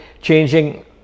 changing